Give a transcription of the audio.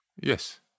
Yes